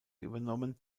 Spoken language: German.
übernommen